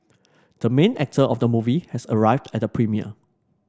the main actor of the movie has arrived at premiere